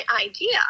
idea